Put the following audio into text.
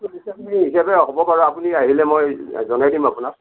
হিচাপে হ'ব বাৰু আপুনি আহিলে মই জনাই দিম আপোনাক